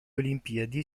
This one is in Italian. olimpiadi